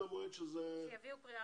בקריאה